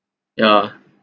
yeah